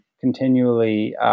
continually